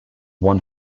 one